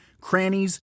crannies